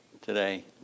today